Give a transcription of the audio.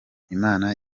imana